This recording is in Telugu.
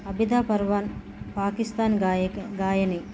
అబిదా పర్వీన్ పాకిస్తాన్ గాయక గాయని